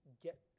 get